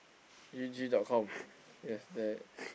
G_G dot com yes that